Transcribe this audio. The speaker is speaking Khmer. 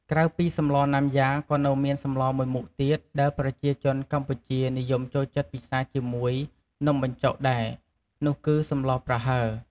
ក្រៅពីសម្លណាំយ៉ាក៏នៅមានសម្លមួយមុខទៀតដែលប្រជាជនកម្ពុជានិយមចូលចិត្តពិសាជាមួយនំបញ្ចុកដែរ នោះគឺសម្លប្រហើរ។